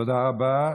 תודה רבה.